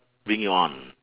bring it on